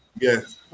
Yes